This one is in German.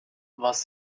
was